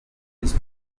his